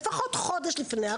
לפחות חודש לפני.